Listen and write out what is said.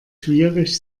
schwierig